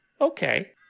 okay